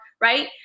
right